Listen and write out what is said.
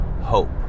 hope